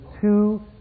two